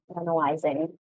analyzing